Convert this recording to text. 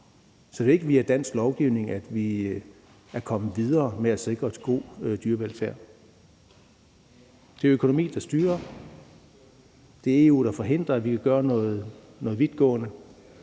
så det er ikke via dansk lovgivning, at vi er kommet videre med at sikre god dyrevelfærd. Det er økonomi, der styrer det, og det er EU, der forhindrer, at vi gør noget vidtgående.